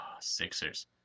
Sixers